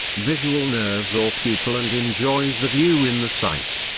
visual nerves or pupil and enjoys the view in the sight?